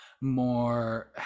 more